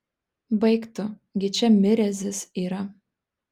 baik tu gi čia mirezis yra